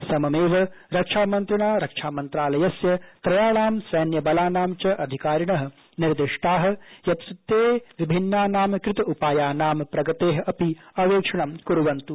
सममेव रक्षामन्त्रिणा रक्षामंत्रालयस्य त्रयाणां सैन्य बलानां च अधिकारिणः निर्दिष्टा ा यत् ते विभिनाना कृत उपायाना प्रगते ज़ अपि अवेक्षण क्वन्तु